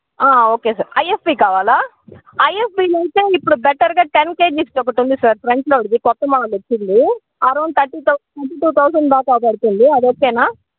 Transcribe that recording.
okay sir IFB కావాల IFB అయితే ఇప్పుడు బెటర్గా టెన్ కేజీస్ది ఒకటి ఉంది సార్ ఫ్రంట్ లోడ్ది కొత్త మోడల్ వచ్చింది అరౌండ్ థర్టీ థౌసండ్ నుంచి థర్టీ టూ థౌసండ్ దాకా పడుతుంది అది ఓకేనా